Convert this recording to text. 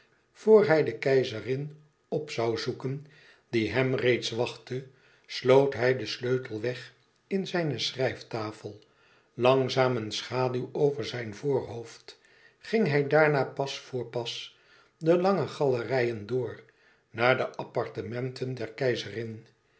hij de keizerin op zoû zoeken die hem reeds wachtte sloot hij den sleutel weg in zijne schrijftafel langzaam een schaduw over zijn voorhoofd ging hij daarna pas voor pas de lange galerijen door naar de appartementen der keizerin